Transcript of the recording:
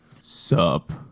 Sup